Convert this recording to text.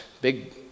Big